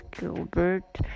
Gilbert